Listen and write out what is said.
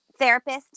therapist